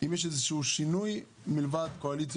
אם יש איזה שהוא שינוי מלבד קואליציה